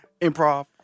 Improv